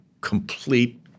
complete